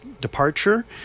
departure